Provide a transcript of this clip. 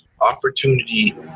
opportunity